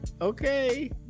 Okay